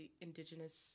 indigenous